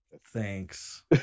thanks